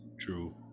True